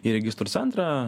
į registrų centrą